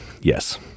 Yes